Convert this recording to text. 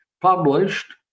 published